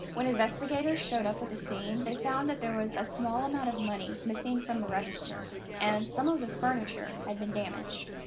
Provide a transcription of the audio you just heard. when investigators showed up at the scene, they found that there was a small amount of money missing from the register and some of the furniture had been damaged.